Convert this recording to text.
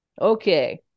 Okay